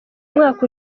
umwaka